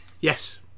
Yes